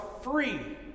free